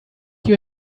you